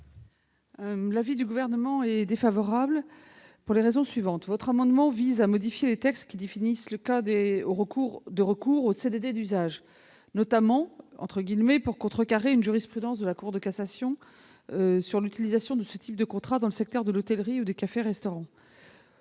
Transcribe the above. l'avis du Gouvernement ? Il est défavorable. Cet amendement vise à modifier les textes qui définissent les cas de recours aux CDD d'usage, notamment pour « contrecarrer » une jurisprudence de la Cour de cassation sur l'utilisation de ce type de contrats dans le secteur des hôtels, cafés, restaurants.